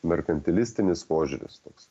merkantilistinis požiūris toks